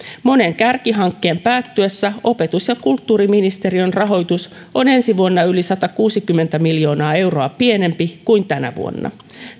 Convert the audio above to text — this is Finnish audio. monen kärkihankkeen päättyessä opetus ja kulttuuriministeriön rahoitus on ensi vuonna yli satakuusikymmentä miljoonaa euroa pienempi kuin tänä vuonna